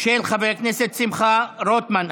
של חבר הכנסת שמחה רוטמן.